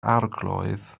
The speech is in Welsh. arglwydd